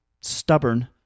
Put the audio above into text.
stubborn